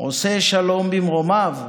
עושה שלום במרומיו,